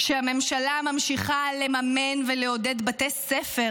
שהממשלה ממשיכה לממן ולעודד בתי ספר